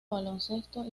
baloncesto